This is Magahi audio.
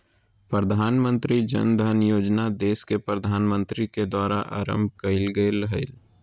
प्रधानमंत्री जन धन योजना देश के प्रधानमंत्री के द्वारा आरंभ कइल गेलय हल